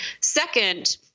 Second-